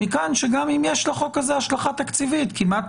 מכאן שגם אם יש לחוק הזה השלכה תקציבית כמעט